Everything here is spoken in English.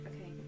okay